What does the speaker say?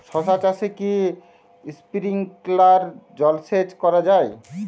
শশা চাষে কি স্প্রিঙ্কলার জলসেচ করা যায়?